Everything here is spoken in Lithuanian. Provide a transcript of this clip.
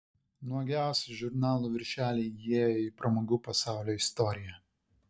nuogiausi žurnalų viršeliai įėję į pramogų pasaulio istoriją